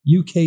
UK